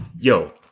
Yo